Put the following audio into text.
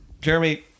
Jeremy